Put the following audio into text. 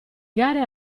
gare